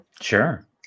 Sure